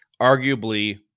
arguably